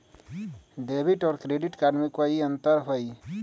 Debit और credit card में कई अंतर हई?